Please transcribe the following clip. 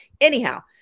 Anyhow